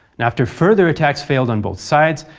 and after further attacks failed on both sides,